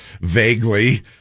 vaguely